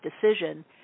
decision